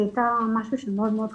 הייתה משהו שמאוד מאוד חסר.